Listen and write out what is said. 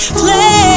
play